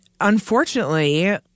unfortunately